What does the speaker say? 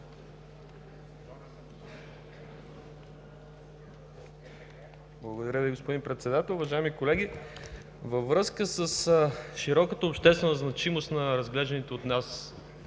Благодаря Ви, господин Председател. Уважаеми колеги, във връзка с широката обществена значимост на разглежданите днес